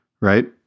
Right